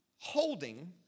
holding